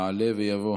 יעלה ויבוא.